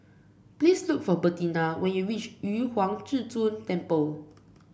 please look for Bertina when you reach Yu Huang Zhi Zun Temple